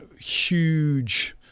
huge